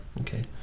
Okay